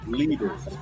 leaders